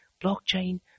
blockchain